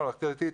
ממלכתי-דתי,